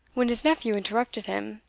when his nephew interrupted him,